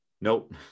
nope